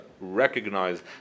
recognize